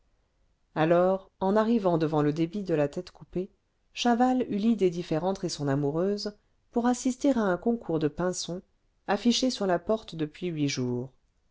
alors en arrivant devant le débit de la tête coupée chaval eut l'idée d'y faire entrer son amoureuse pour assister à un concours de pinsons affiché sur la porte depuis huit jours